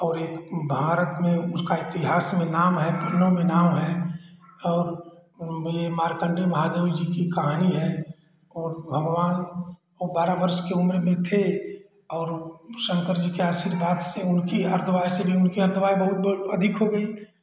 और एक भारत में उसका इतिहास में नाम है में नाम है और ये मार्कंडेय महादेव जी की कहानी है और भगवान वो बारह वर्ष के उम्र में थे और शंकर जी के आशीर्वाद से उनकी उनकी अधिक हो गई